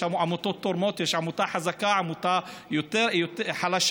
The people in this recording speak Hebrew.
יש עמותות תורמות, יש עמותה חזקה, עמותה חלשה.